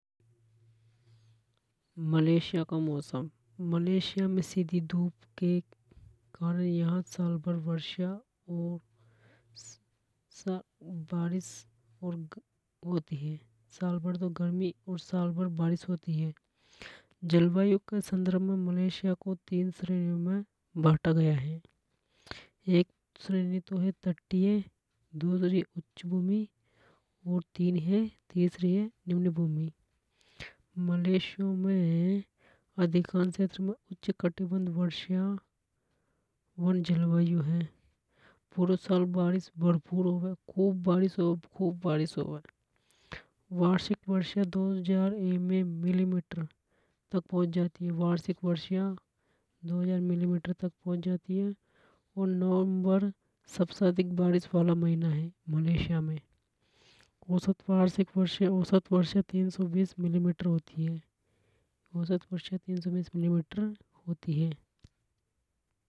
मलेशिया का मौसम मलेशिया में सीधी धूप के कारण यहां साल भर वर्षा बारिश होती है। साल भर तो गर्मी और साल भर बारिश होती है। जलवायु के संदर्भ में मलेशिया को तीन श्रेणियों में बाटा गया हे एक श्रेणी तो तटीय दूसरी उच्च भूमि और तीन हे तीसरी हे निम्न भूमि मलेशिया में अधिकांश क्षेत्र में उच्च कटिबंधीय वर्षा और जलवायु हे पुरो साल बारिश भरपूर होवे खूब बारिश होवे खूब बारिश होवे। वार्षिक वर्षा दो हजार एम एम मिलीमीटर तक पहुंच जाती हे वार्षिक वर्षा दो हजार मिलीमीटर तक पहुंच जाती है। और नवंबर सबसे अधिक बारिश वाला महीना हे मलेशिया में। औसत वार्षिक वर्षा औसत वर्षा तीन सौ बीस मिलीमीटर तक होती है।